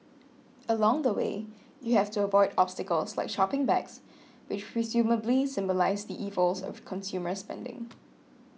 along the way you have to avoid obstacles like shopping bags which presumably symbolise the evils of consumer spending